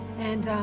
and,